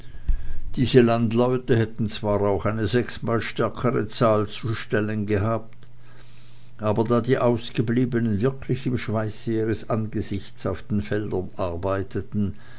diese landleute hätten zwar auch eine sechsmal stärkere zahl zu stellen gehabt aber da die ausgebliebenen wirklich im schweiße ihres angesichts auf den feldern arbeiteten